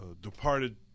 departed